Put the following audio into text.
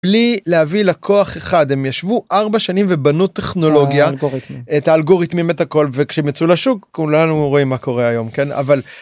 בלי להביא לקוח אחד הם ישבו ארבע שנים ובנו טכנולוגיה, את האלגוריתמים, את האלגוריתמים את הכל וכשהם יצאו לשוק כולנו רואים מה קורה היום כן אבל.